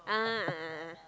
a'ah a'ah a'ah